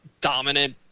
dominant